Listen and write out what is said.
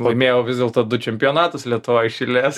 laimėjau vis dėlto du čempionatus lietuvoj iš eilės